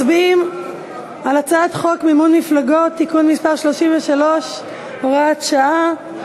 מצביעים על הצעת חוק מימון מפלגות (תיקון מס' 33 והוראת שעה).